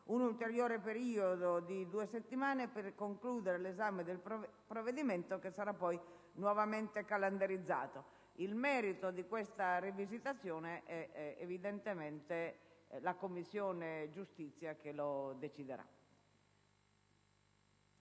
un ulteriore periodo di due settimane per concludere l'esame del provvedimento, che sarà poi nuovamente calendarizzato in Assemblea. Il merito di questa rivisitazione sarà la Commissione giustizia a deciderlo.